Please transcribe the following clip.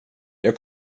jag